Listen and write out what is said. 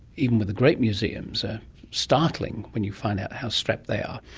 even with the great museums, are startling when you find out how strapped they are.